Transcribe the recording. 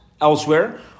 elsewhere